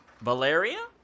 Valeria